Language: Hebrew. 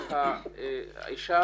האישה,